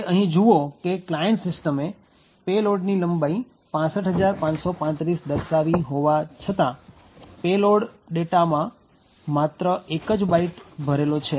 હવે અહીં જુઓ કે ક્લાયન્ટ સિસ્ટમે પેલોડની લંબાઈ ૬૫૫૩૫ દર્શાવી હોવા છતાં પેલોડ ડેટા માં માત્ર ૧ જ બાઈટ ભરેલો છે